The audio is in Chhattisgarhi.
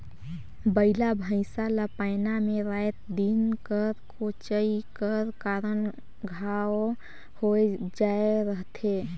बइला भइसा ला पैना मे राएत दिन कर कोचई कर कारन घांव होए जाए रहथे